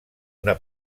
una